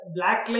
Black